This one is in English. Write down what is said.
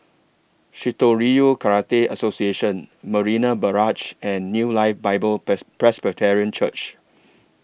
Shitoryu Karate Association Marina Barrage and New Life Bible Pres Presbyterian Church